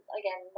again